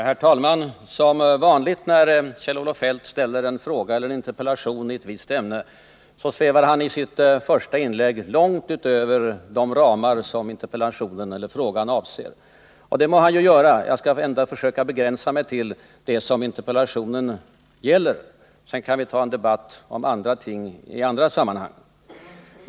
Herr talman! Som vanligt när Kjell-Olof Feldt ställer en fråga eller interpellation i ett visst ämne svävar han i sitt första inlägg ut långt utöver de ramar som interpellationen eller frågan avser. Det må han göra. Jag skall ändå försöka begränsa mig till det som interpellationen gäller. Sedan kan vi ta en debatt om andra ting i andra sammanhang.